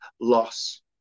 Loss